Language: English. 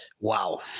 Wow